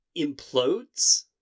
implodes